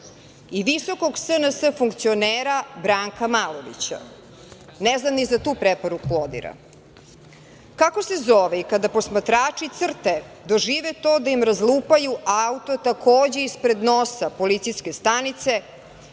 i visokog SNS funkcionera Branka Malovića? Ne znam ni za tu preporuku ODIHR-a. Kako se zove i kada posmatrači CRTA-e dožive to da im razlupaju auto, takođe ispred nosa policijske stanice,